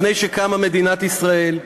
לפני שקמה מדינת ישראל,